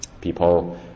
people